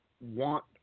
want